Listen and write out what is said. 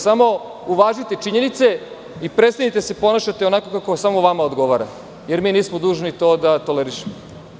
Samo uvažite činjenice i prestanite da se ponašate onako kako samo vama odgovara jer mi nismo dužni to da tolerišemo.